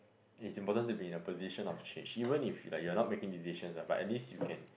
it's important to be in the position of chase even if like you are not making decisions ah but at least you can